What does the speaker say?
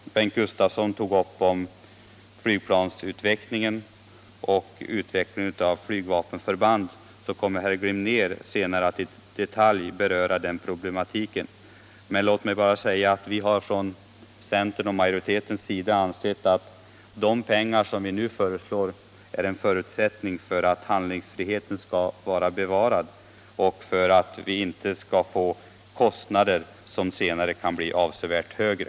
Bengt Gustavsson tog upp frågan om utveckling av flygplan och flygvapenförband. Herr Glimnér kommer senare att i detalj beröra den problematiken. Låt mig bara säga att vi i centern och i utskottsmajoriteten har ansett att de pengar som vi nu föreslår är en förutsättning för bevarad handlingsfrihet. Och en sådan är nödvändig för att vi inte senare skall få kostnader som blir avsevärt högre.